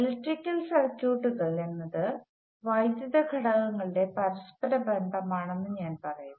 electrical സർക്യൂട്ടുകൾ എന്നത് വൈദ്യുത ഘടകങ്ങളുടെ പരസ്പര ബന്ധമാണെന്ന് ഞാൻ പറയുന്നു